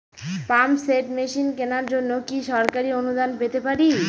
Pump set machine কেনার জন্য কি সরকারি অনুদান পেতে পারি?